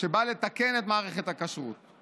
שבא לתקן את מערכת הכשרות,